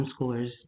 homeschoolers